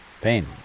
pain